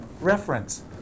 reference